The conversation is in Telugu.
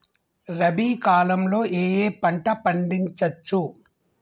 రబీ కాలంలో ఏ ఏ పంట పండించచ్చు?